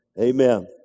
Amen